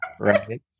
Right